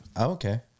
okay